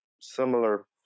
similar